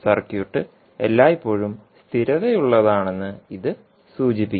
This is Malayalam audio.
സർക്യൂട്ട് എല്ലായ്പ്പോഴും സ്ഥിരതയുള്ളതാണെന്ന് ഇത് സൂചിപ്പിക്കുന്നു